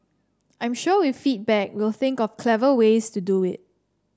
I'm sure with feedback we'll think of clever ways to do it